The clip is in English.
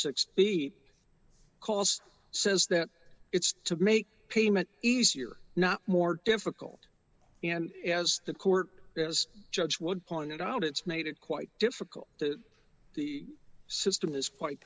dollars calls says that it's to make payment easier not more difficult and as the court has judge would pointed out it's made it quite difficult to the system is quite